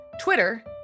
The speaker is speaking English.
Twitter